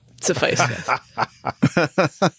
Suffice